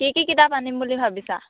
কি কি কিতাপ আনিম বুলি ভাবিছা